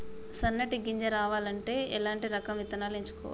సన్నటి గింజ రావాలి అంటే ఎలాంటి రకం విత్తనాలు ఎంచుకోవాలి?